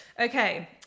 Okay